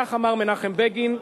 כך אמר מנחם בגין,